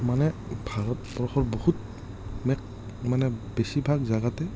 মানে ভাৰতবৰ্ষত বহুত মানে বেছিভাগ জেগাতে